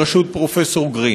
בראשות פרופסור גרין.